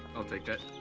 i'll take that.